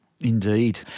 Indeed